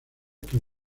que